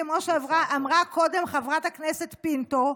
כמו שאמרה קודם חברת הכנסת פינטו,